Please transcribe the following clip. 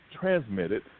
transmitted